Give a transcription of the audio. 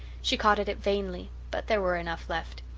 she caught at it vainly but there were enough left.